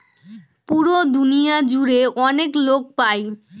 পুরো দুনিয়া জুড়ে অনেক লোক পাই